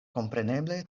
kompreneble